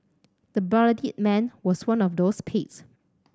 the bloodied man was one of those